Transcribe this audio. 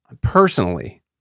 personally